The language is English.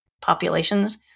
populations